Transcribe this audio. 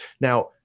Now